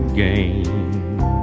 game